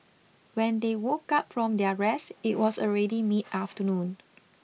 when they woke up from their rest it was already mid afternoon